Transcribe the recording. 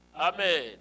Amen